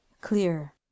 Clear